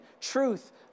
truth